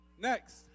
Next